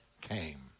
came